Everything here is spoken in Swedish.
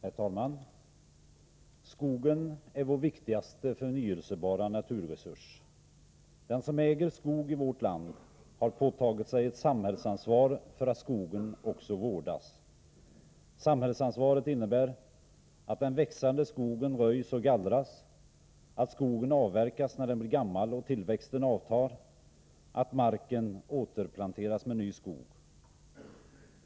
Herr talman! Skogen är vår viktigaste förnyelsebara naturresurs. Den som äger skog i vårt land har påtagit sig ett samhällsansvar för att skogen också vårdas. Samhällsansvaret innebär att den växande skogen röjs och gallras, att skogen avverkas när den blir gammal och tillväxten avtar, att marken återplanteras med ny skog.